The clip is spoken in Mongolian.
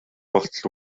болтол